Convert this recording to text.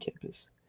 campus